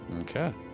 Okay